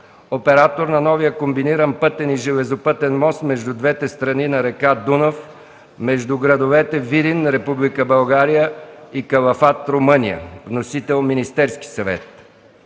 оператор на новия комбиниран пътен и железопътен мост между двете страни на река Дунав между градовете Видин (Република България) и Калафат (Румъния), вносител – Министерският съвет.